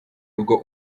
rugo